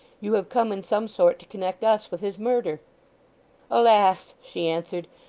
you have come in some sort to connect us with his murder alas! she answered.